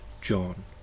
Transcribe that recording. John